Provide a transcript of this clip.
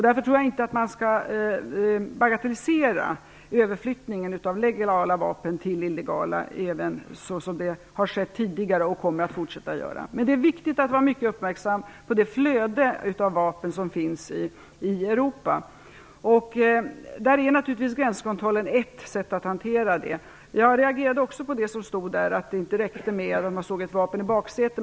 Därför tror jag inte att man skall bagatellisera överflyttningen av legala vapen till illegala, så som det har skett tidigare och kommer att fortsätta att göra. Men det är viktigt att vara mycket uppmärksam på det flöde av vapen som finns i Europa. Gränskontrollen är naturligtvis ett sätt att hantera detta. Jag reagerade också när jag läste att det inte räckte med att man såg ett vapen i baksätet.